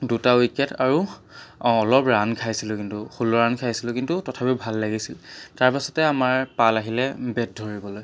দুটা উইকেট আৰু অ' অলপ ৰান খাইছিলোঁ কিন্তু ষোল্ল ৰান খাইছিলোঁ কিন্তু তথাপিও ভাল লাগিছিল তাৰপাছতে আমাৰ পাল আহিলে বেট ধৰিবলৈ